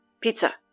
pizza